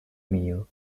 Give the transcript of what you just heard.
meal